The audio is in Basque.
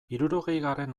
hirurogeigarren